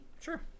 Sure